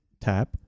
tap